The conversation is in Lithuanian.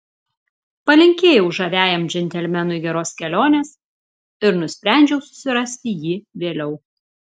palinkėjau žaviajam džentelmenui geros kelionės ir nusprendžiau susirasti jį vėliau